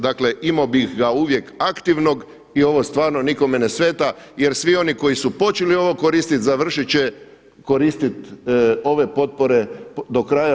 Dakle imao bih ga uvijek aktivnog i ovo stvarno nikome ne smeta jer svi oni koji su počeli ovo koristiti završit će koristit ove potpore do kraja.